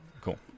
Cool